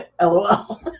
LOL